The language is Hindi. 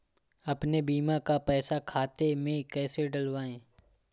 अपने बीमा का पैसा खाते में कैसे डलवाए?